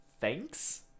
thanks